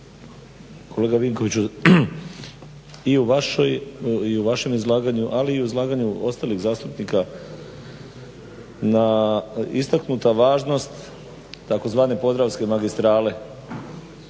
kolega Vinković i u vašem izlaganju, ali i u izlaganju ostalih zastupnika istaknuta važnost tzv. Podravske magistrale.